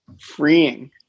freeing